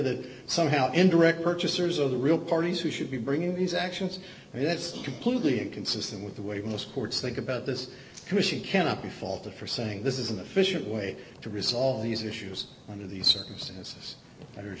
that somehow indirect purchasers are the real parties who should be bringing these actions and that's completely inconsistent with the way most courts think about this because she cannot be faulted for saying this is an efficient way to resolve these issues under these circumstances